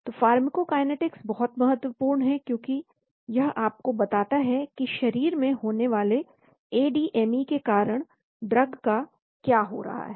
तो फार्माकोकाइनेटिक्स बहुत महत्वपूर्ण है क्योंकि यह आपको बताता है कि शरीर में होने वाले एडीएमई के कारण ड्रग का क्या हो रहा है